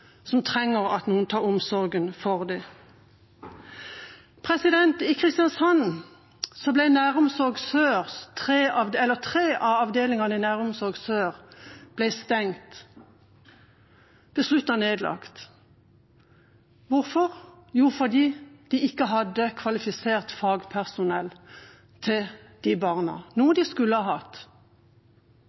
som trenger at noen overtar omsorgen for barna deres. I Kristiansand ble tre av avdelingene i Næromsorg Sør stengt, besluttet nedlagt. Hvorfor? Jo, fordi de ikke hadde kvalifisert fagpersonell til disse barna, noe de skulle ha hatt.